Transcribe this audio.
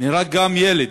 נהרג גם ילד